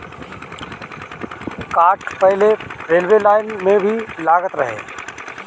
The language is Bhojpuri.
काठ पहिले रेलवे लाइन में भी लागत रहे